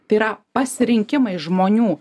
tai yra pasirinkimai žmonių